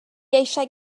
eisiau